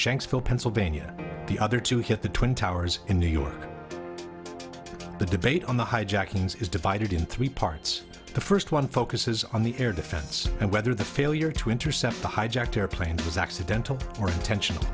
shanksville pennsylvania the other two hit the twin towers in new york the debate on the hijackings is divided in three parts the first one focuses on the air defense and whether the failure to intercept the hijacked airplanes was accidental or intentional